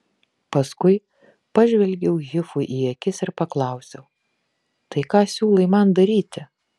paskui pažvelgiau hifui į akis ir paklausiau tai ką siūlai man daryti